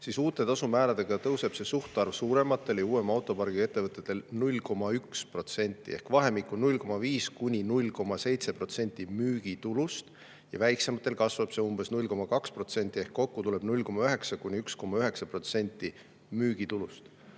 siis uute tasumääradega tõuseb see suhtarv suurematel ja uuema autopargiga ettevõtetel 0,1% [võrra] ehk vahemikku 0,5–0,7% müügitulust ja väiksematel kasvab see umbes 0,2% [võrra] ehk kokku tuleb 0,9–1,9% müügitulust.